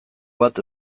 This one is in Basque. bat